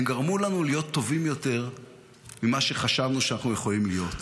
הן גרמו לנו להיות טובים יותר ממה שחשבנו שאנחנו יכולים להיות.